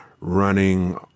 running